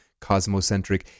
cosmocentric